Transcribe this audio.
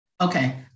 okay